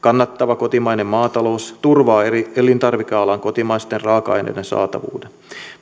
kannattava kotimainen maatalous turvaa elintarvikealan kotimaisten raaka aineiden saatavuuden